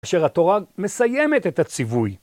כאשר התורה מסיימת את הציווי.